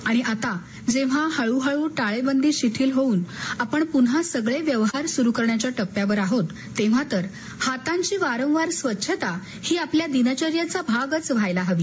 आणि आता जेव्हा हळूहळू टाळेबंदी शिथिल होऊन आपण पुन्हा सर्व व्यवहार सुरू करण्याच्या टप्प्यावर आहोत तेव्हा तर हातांची वारंवार स्वच्छता ही आपल्या दिनचर्येचा भागच व्हायला हवी